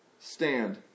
stand